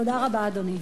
תודה רבה, אדוני.